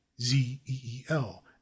Z-E-E-L